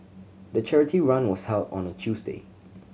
the charity run was held on a Tuesday